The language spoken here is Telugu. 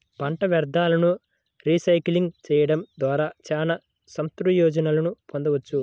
పంట వ్యర్థాలను రీసైక్లింగ్ చేయడం ద్వారా చాలా సత్ప్రయోజనాలను పొందవచ్చు